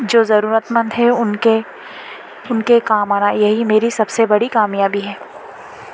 جو ضرورتمند ہیں ان کے ان کے کام آنا یہی میری سب سے بڑی کامیابی ہے